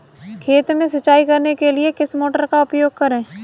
खेत में सिंचाई करने के लिए किस मोटर का उपयोग करें?